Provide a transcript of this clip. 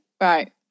right